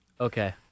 Okay